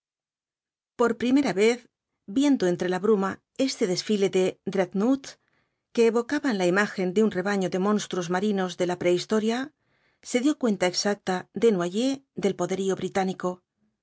por primera vez viendo entre la bruma este desfile de dreadnoughts que evocaban la imagen de un rebaño de monstruos marinos de la prehistoria se dio cuenta exacta desnoyers del poderío británico